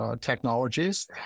Technologies